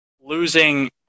losing